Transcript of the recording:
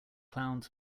clowns